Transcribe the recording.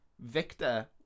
Victor